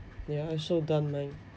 ya also done mine